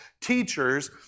teachers